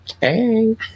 Hey